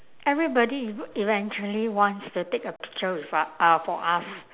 everybody ev~ eventually wants to take a picture with u~ ah for us